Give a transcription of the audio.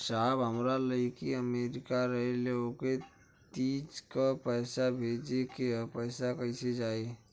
साहब हमार लईकी अमेरिका रहेले ओके तीज क पैसा भेजे के ह पैसा कईसे जाई?